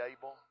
able